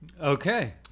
okay